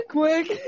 quick